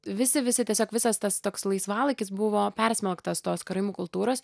visi visi tiesiog visas tas toks laisvalaikis buvo persmelktas tos karaimų kultūros